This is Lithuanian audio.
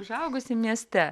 užaugusi mieste